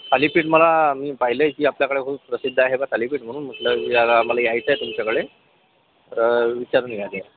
थालीपीठ मला मी पाहिलं आहे की आपल्याकडे खूप प्रसिद्ध आहे बा थालीपीठ म्हणून म्टहलं आम्हाला यायचं आहे तुमच्याकडे तर विचारून घ्यावे